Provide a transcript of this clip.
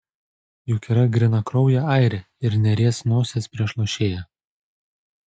juk yra grynakraujė airė ir neries nosies prieš lošėją